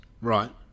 Right